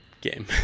game